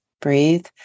Breathe